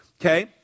Okay